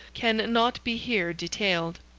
can not be here detailed.